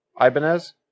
Ibanez